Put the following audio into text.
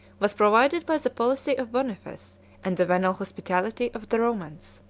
was provided by the policy of boniface and the venal hospitality of the romans.